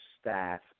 staff